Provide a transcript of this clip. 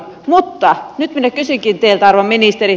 mutta nyt minä kysynkin teiltä arvon ministeri